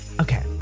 okay